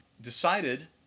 decided